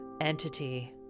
entity